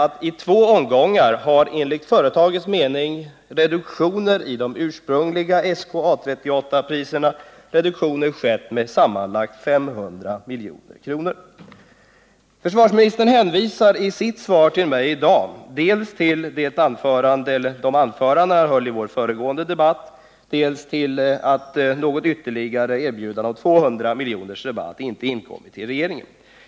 Enligt företagets mening har alltså de ursprungliga SK 38/A 38-priserna i två omgångar reducerats med sammanlagt 500 milj.kr. Försvarsministern hänvisar i sitt svar till mig i dag dels till de anföranden han höll i vår föregående debatt, dels till att något ytterligare erbjudande om rabatt på 200 milj.kr. inte inkommit till regeringen.